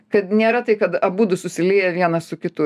kad nėra tai kad abudu susilieja vienas su kitu